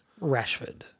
Rashford